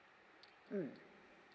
mm